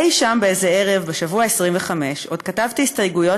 אי שם באיזה ערב בשבוע ה-25 עוד כתבתי הסתייגויות